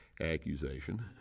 accusation